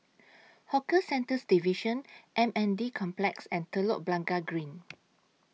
Hawker Centres Division M N D Complex and Telok Blangah Green